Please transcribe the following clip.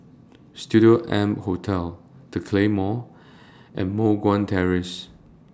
Studio M Hotel The Claymore and Moh Guan Terrace